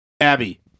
abby